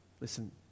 Listen